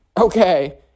Okay